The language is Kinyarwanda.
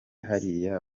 hariya